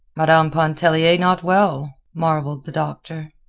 madame pontellier not well, marveled the doctor.